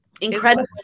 incredible